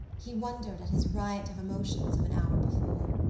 he wondered at his riot of emotions of an hour before.